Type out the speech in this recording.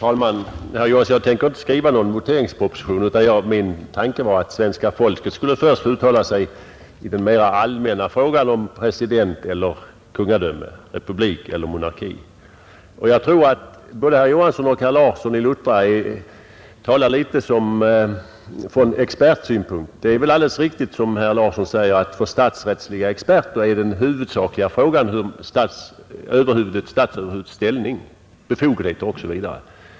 Herr talman! Jag tänker inte skriva någon voteringsproposition, utan min avsikt var att svenska folket först skulle uttala sig i den mera allmänna frågan om presidentskap eller kungadöme, dvs. republik eller monarki. Jag tror att både herr Johansson i Trollhättan och herr Larsson i Luttra talar litet för mycket från expertsynpunkt. Det är alldeles riktigt som herr Larsson säger, att för statsrättsliga experter är den huvudsakliga frågan statsöverhuvudets ställning, befogenheter osv.